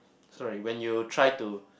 sorry when you try to